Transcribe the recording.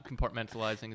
compartmentalizing